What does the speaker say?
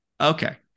Okay